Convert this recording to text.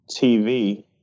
TV